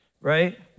right